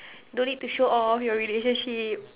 don't need to show off your relationship